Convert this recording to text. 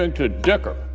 and to dicker